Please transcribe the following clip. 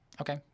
Okay